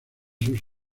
sus